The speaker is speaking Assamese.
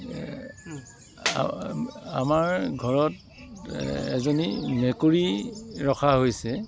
আমাৰ ঘৰত এজনী মেকুৰী ৰখা হৈছে